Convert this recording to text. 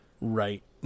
Right